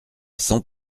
cent